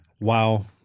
wow –